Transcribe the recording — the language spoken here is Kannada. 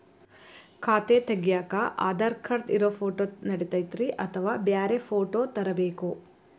ಖಾತೆ ತಗ್ಯಾಕ್ ಆಧಾರ್ ಕಾರ್ಡ್ ಇರೋ ಫೋಟೋ ನಡಿತೈತ್ರಿ ಅಥವಾ ಬ್ಯಾರೆ ಫೋಟೋ ತರಬೇಕೋ?